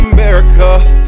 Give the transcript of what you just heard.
America